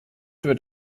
wird